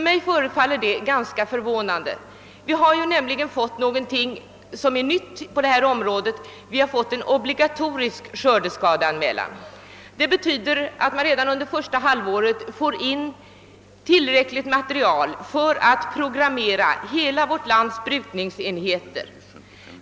Mig förefaller detta ganska förvånande. Man har ju nämligen infört en obligatorisk skördeskadeanmälan, vilket betyder att man redan under första halvåret får in tillräckligt med material för att programmera uppgifterna från hela vårt lands brukningsenheter.